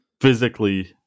physically